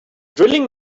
drilling